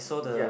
ya